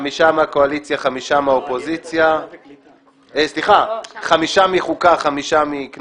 חמישה מוועדת החוקה וחמישה מוועדת